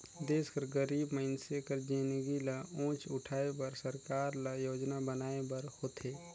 देस कर गरीब मइनसे कर जिनगी ल ऊंच उठाए बर सरकार ल योजना बनाए बर होथे